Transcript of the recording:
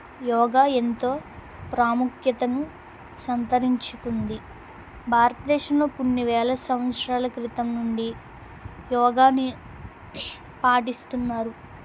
యోగా ఎంతో ప్రాముఖ్యతను సంతరించుకుంది భారతదేశంలో కొన్ని వేల సంవత్సరాల క్రితం నుండి యోగాని పాటిస్తున్నారు